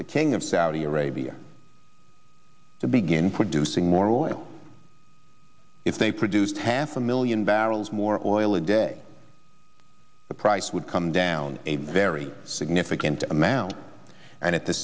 the king of saudi arabia to begin producing more oil if they produced half a million barrels more oil a day the price would come down a very significant amount and at the